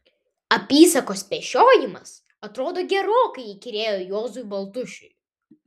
apysakos pešiojimas atrodo gerokai įkyrėjo juozui baltušiui